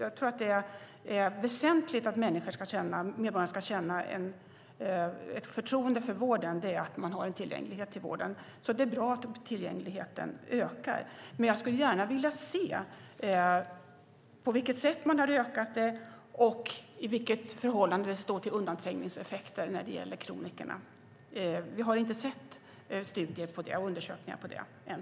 Det är viktigt att medborgarna kan känna förtroende genom att ha tillgänglighet till vården. Det är bra att tillgängligheten ökar. Jag skulle gärna vilja se på vilket sett den ökat och i vilket förhållande den står till undanträngningseffekterna när det gäller kronikerna. Vi har än så länge inte sett några undersökningar om det.